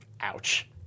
Ouch